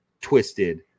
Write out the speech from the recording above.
twisted